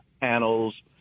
panels